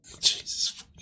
Jesus